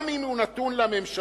גם אם הוא נתון לממשלה,